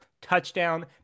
Touchdown